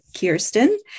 Kirsten